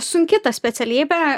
sunki ta specialybė